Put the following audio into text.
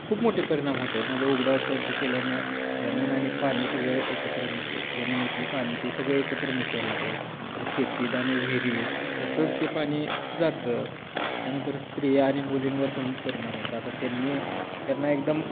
खूप मोठे परिणाम होतात म्हणजे उघड्यावर शौच केल्याने जमीन आणि पाणी सगळे एकत्र मिसळ जमीनीतलं पाणी ते सगळे एकत्र मिसळ येते तर शेतीत आणि विहिरीत तसंच ते पाणी जातं त्यानंतर स्त्रिया आणि मुलींवर पण परिणाम होतात आता त्यांनी त्यांना एकदम